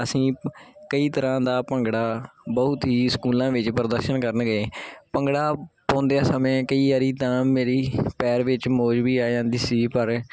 ਅਸੀਂ ਕਈ ਤਰ੍ਹਾਂ ਦਾ ਭੰਗੜਾ ਬਹੁਤ ਹੀ ਸਕੂਲਾਂ ਵਿੱਚ ਪ੍ਰਦਰਸ਼ਨ ਕਰਨ ਗਏ ਭੰਗੜਾ ਪਾਉਂਦਿਆ ਸਮੇਂ ਕਈ ਵਾਰੀ ਤਾਂ ਮੇਰੀ ਪੈਰ ਵਿੱਚ ਮੋਚ ਵੀ ਆ ਜਾਂਦੀ ਸੀ ਪਰ